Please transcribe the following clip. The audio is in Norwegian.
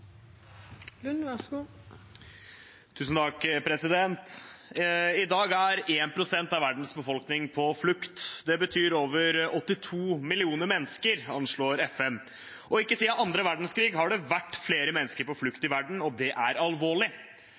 betyr over 82 millioner mennesker, anslår FN. Ikke siden andre verdenskrig har det vært flere mennesker på flukt i verden, og det er alvorlig.